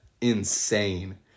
insane